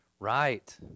Right